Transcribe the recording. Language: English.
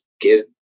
Give